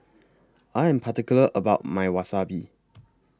I Am particular about My Wasabi